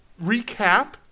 recap